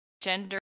gender